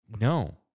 no